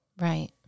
Right